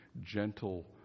gentle